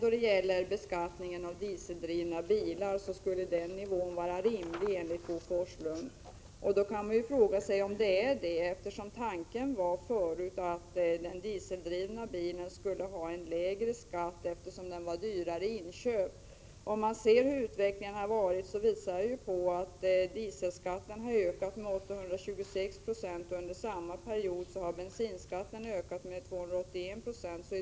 Då det gäller beskattningen av dieseldrivna bilar skulle den nuvarande nivån vara rimlig enligt Bo Forslunds uppfattning. Man kan fråga sig om den är det, eftersom tanken tidigare var att den dieseldrivna bilen skulle ha en lägre skatt på grund av att den var dyrare i inköp. Utvecklingen har emellertid varit den att dieselskatten har ökat med 826 96. Under samma period har bensinskatten ökat med 281 96.